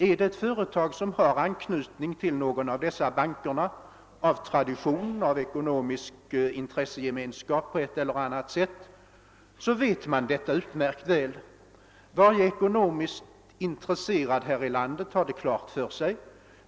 Om ett företag har anknytning till någon av dessa banker — av tradition, genon ekonomisk intressegemenskap eller på annat sätt — har varje ekonomiskt intresserad person i vårt land kännedom om detta förhållande.